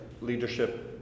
leadership